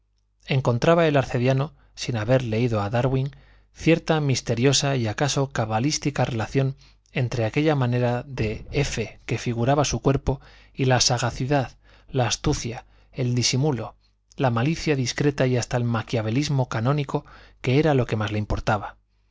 encontraba el arcediano sin haber leído a darwin cierta misteriosa y acaso cabalística relación entre aquella manera de f que figuraba su cuerpo y la sagacidad la astucia el disimulo la malicia discreta y hasta el maquiavelismo canónico que era lo que más le importaba